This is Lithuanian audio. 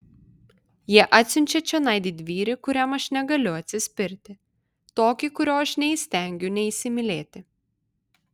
jie atsiunčia čionai didvyrį kuriam aš negaliu atsispirti tokį kurio aš neįstengiu neįsimylėti